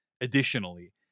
Additionally